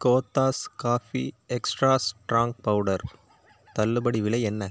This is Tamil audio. Cothas coffee extra strong powder தள்ளுபடி விலை என்ன